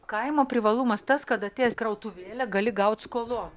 kaimo privalumas tas kad atėjęs krautuvėlę gali gaut skolon